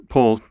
Paul